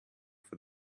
for